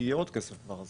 כי יהיה עוד כסף כבר?